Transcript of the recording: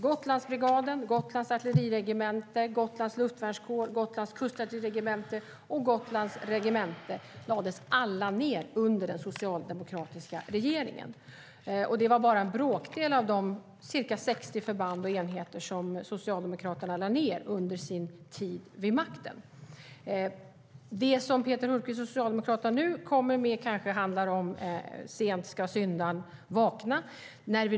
Gotlandsbrigaden, Gotlands artilleriregemente, Gotlands luftvärnskår, Gotlands kustartilleriregemente och Gotlands regemente lades alla ned under den socialdemokratiska regeringen. Det var bara en bråkdel av de ca 60 förband och enheter som Socialdemokraterna lade ned under sin tid vid makten. Det som Peter Hultqvist och Socialdemokraterna nu kommer med handlar kanske om att sent ska syndaren vakna.